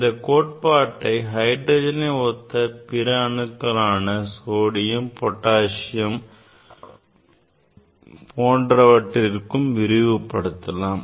இந்த கோட்பாட்டை ஹைட்ரஜனை ஒத்த பிற அணுக்களான சோடியம் பொட்டாசியம் போன்றவற்றுக்கும் விரிவுபடுத்தலாம்